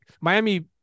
Miami